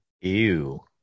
Ew